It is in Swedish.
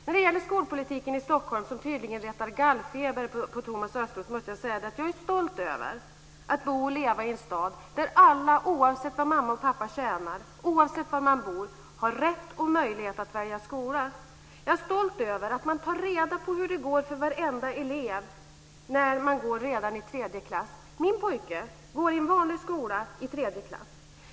När det gäller skolpolitiken i Stockholm, som tydligen retar gallfeber på Thomas Östros, måste jag säga att jag är stolt över att bo och leva i en stad där alla, oavsett vad mamma och pappa tjänar och oavsett var de bor, har rätt och möjlighet att välja skola. Jag är stolt över att man tar reda på hur det går för varenda elev redan när de går i tredje klass. Min pojke går i tredje klass i en vanlig skola.